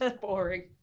Boring